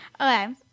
Okay